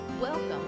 Welcome